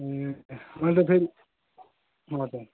अन्त फेरि हजुर